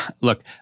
look